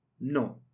No